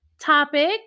topic